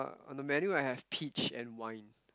on the menu I have peach and wine